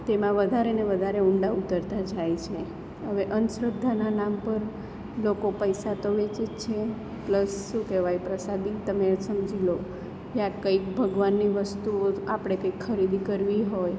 તેમાં વધારે ને વધારે ઊંડા ઉતરતા જાય છે હવે અંધશ્રદ્ધાના નામ પર લોકો પૈસા તો વેચે જ છે પ્લસ શું કહેવાય પ્રસાદી તમે સમજી લો ક્યાંક કંઈક ભગવાનની વસ્તુઓ આપણે કંઈ ખરીદી કરવી હોય